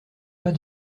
pas